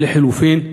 לחלופין,